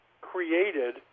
created